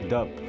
Dub